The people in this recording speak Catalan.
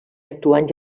actuant